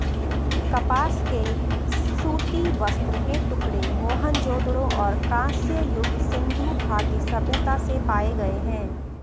कपास के सूती वस्त्र के टुकड़े मोहनजोदड़ो और कांस्य युग सिंधु घाटी सभ्यता से पाए गए है